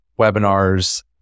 webinars